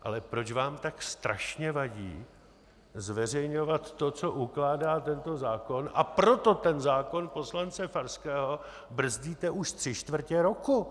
Ale proč vám tak strašně vadí zveřejňovat to, co ukládá tento zákon, a proto ten zákon poslance Farského brzdíte už tři čtvrtě roku?